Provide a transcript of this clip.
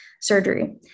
surgery